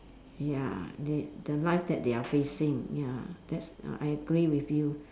ya they the life that they are facing ya that's ah I agree with you